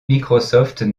microsoft